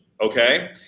okay